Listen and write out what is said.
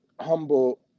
humble